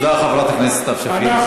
תודה, חברת הכנסת סתיו שפיר.